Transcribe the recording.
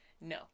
No